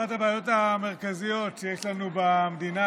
אחת הבעיות המרכזיות שיש לנו במדינה,